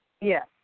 Yes